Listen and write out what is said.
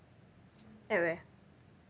at where